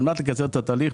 על מנת לקצר את התהליך.